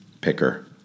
Picker